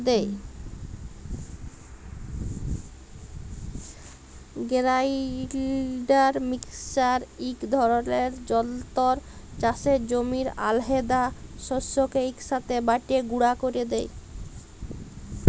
grinder mixer ইক ধরলের যল্তর চাষের জমির আলহেদা শস্যকে ইকসাথে বাঁটে গুঁড়া ক্যরে দেই